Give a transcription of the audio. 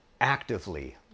actively